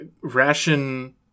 ration